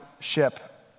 ship